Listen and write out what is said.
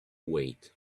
wait